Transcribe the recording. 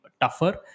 tougher